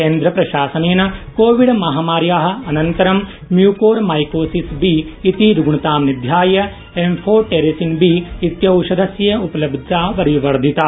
केन्द्रप्रशासनेन कोविड महामार्या अनन्तरं म्यूकोरमाइकोसिस रुग्णतां निध्याय एम्फोटेरिसन बी इति औषधस्य उपलब्धता संवर्द्धिता